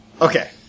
Okay